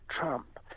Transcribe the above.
trump